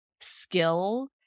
skill